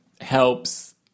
helps